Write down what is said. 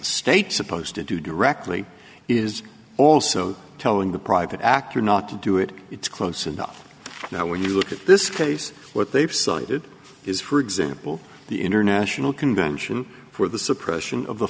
state supposed to do directly is also telling the private actor not to do it it's close enough now when you look at this case what they've cited is for example the international convention for the